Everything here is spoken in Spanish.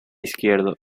izquierdo